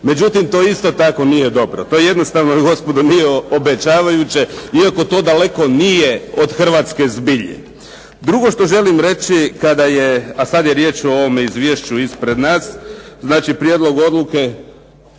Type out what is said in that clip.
sjediti mi. To isto tako nije dobro, to jednostavno gospodo nije obećavajuće iako to daleko nije od Hrvatske zbilje. Drugo što želim reći a sada je riječ o ovome Izvješću ispred nas, znači Prijedlog odluke,